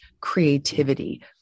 creativity